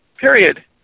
Period